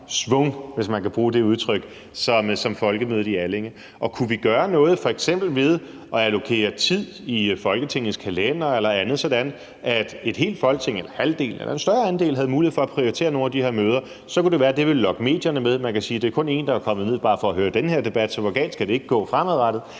schwung, hvis man kan bruge det udtryk, som Folkemødet på Bornholm. Kunne vi gøre noget ved f.eks. at allokere tid i Folketingets kalender eller andet, sådan at et helt Folketing, eller halvdelen eller en større andel af Folketinget, havde mulighed for at prioritere nogle af de her møder? Så kunne det være, at det ville lokke medierne med. Man kan se, at der kun er kommet en ned for at høre den her debat, så hvor galt vil det ikke gå fremadrettet?